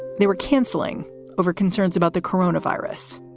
they were canceling over concerns about the corona virus.